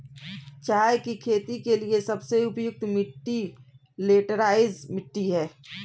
चाय की खेती के लिए सबसे उपयुक्त मिट्टी लैटराइट मिट्टी है